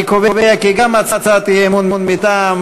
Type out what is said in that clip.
אני קובע כי גם הצעת האי-אמון מטעם